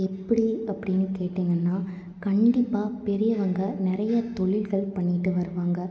எப்படி அப்படின் கேட்டிங்கனா கண்டிப்பாக பெரியவங்க நிறைய தொழில்கள் பண்ணிட்டு வருவாங்க